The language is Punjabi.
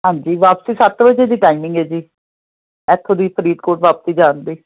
ਹਾਂਜੀ ਵਾਪਸੀ ਸੱਤ ਵਜੇ ਦੀ ਟਾਈਮਿੰਗ ਹੈ ਜੀ ਇੱਥੋਂ ਦੀ ਫਰੀਦਕੋਟ ਵਾਪਸੀ ਜਾਣ ਦੀ